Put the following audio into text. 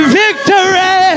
victory